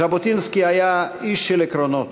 ז'בוטינסקי היה איש של עקרונות,